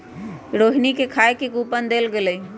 रोहिणी के खाए के कूपन देल गेलई